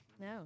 No